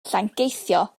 llangeitho